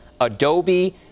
Adobe